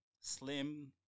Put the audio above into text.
slim